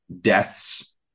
deaths